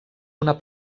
una